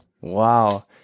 Wow